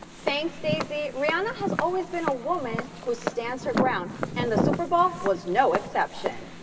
thanks daisy rihanna has always been a woman who stands her ground and the super bowl was no exception.